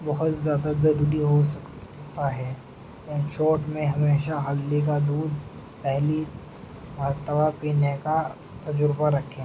بہت زیادہ ضروری ہو سکتا ہے چھوٹ میں ہمیشہ ہلدی کا دودھ پہلی مرتبہ پینے کا تجربہ رکھیں